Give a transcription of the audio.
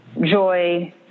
joy